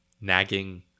nagging